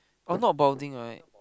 oh not balding right